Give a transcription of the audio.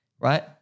Right